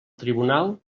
tribunal